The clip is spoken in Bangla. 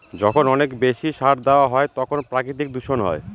যখন অনেক বেশি সার দেওয়া হয় তখন প্রাকৃতিক দূষণ হয়